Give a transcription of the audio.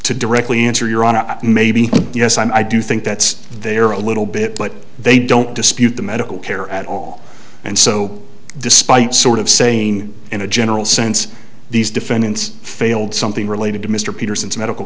to directly answer your honor maybe yes i do think that's there a little bit but they don't dispute the medical care at all and so despite sort of saying in a general sense these defendants failed something related to mr peterson's medical